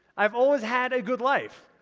i've always had a good life.